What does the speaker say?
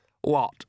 What